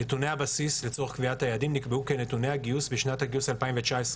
נתוני הבסיס לצורך קביעת היעדים נקבעו כנתוני הגיוס לשנת הגיוס 2019,